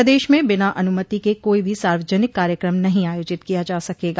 प्रदेश में बिना अनुमति के कोई भी सार्वजनिक कार्यक्रम नहीं आयोजित किया जा सकेगा